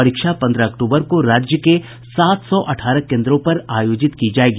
परीक्षा पंद्रह अक्टूबर को राज्य के सात सौ अठारह केन्द्रों पर आयोजित की जायेगी